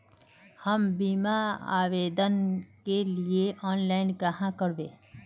हम बीमा आवेदान के लिए ऑनलाइन कहाँ करबे?